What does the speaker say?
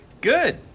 Good